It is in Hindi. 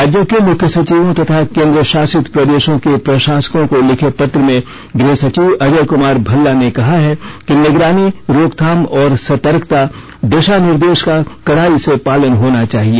राज्यों के मुख्य सचिवों तथा केन्द्र शासित प्रदेशों के प्रशासकों को लिखे पत्र में गृह सचिव अजय कुमार भल्ला ने कहा है कि निगरानी रोकथाम और सतर्कता दिशा निर्देशों का कड़ाई से पालन होना चाहिए